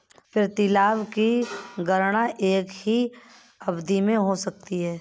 प्रतिलाभ की गणना एक ही अवधि में हो सकती है